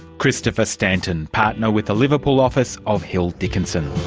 christopher stanton, partner with the liverpool office of hill dickinson.